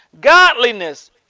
godliness